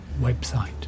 website